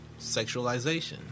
sexualization